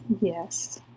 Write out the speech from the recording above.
Yes